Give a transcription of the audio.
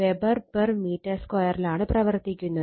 4 Wb m2 ലാണ് പ്രവർത്തിക്കുന്നത്